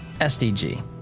SDG